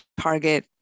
target